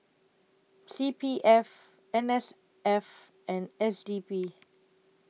C P F N S F and S D P